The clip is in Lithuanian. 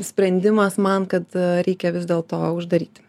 sprendimas man kad reikia vis dėl to uždaryti